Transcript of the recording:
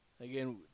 Again